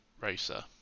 racer